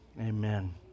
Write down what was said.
amen